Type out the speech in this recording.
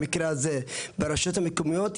במקרה הזה ברשויות המקומיות,